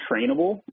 trainable